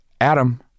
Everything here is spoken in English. Adam